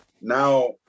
now